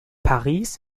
paris